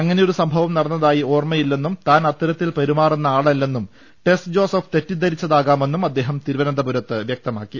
അങ്ങനെ ഒരു സംഭവം നടന്നതായി ഓർമയില്ലെന്നും താൻ അത്തരത്തിൽ പെരുമാറുന്ന ആളല്ലെന്നും ടെസ് ജോസഫ് തെറ്റിദ്ധരിച്ച താകാമെന്നും ്അദ്ദേഹം തിരുവനന്തപുരത്ത് വൃക്തമാക്കി